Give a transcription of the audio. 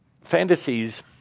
Fantasies